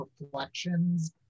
reflections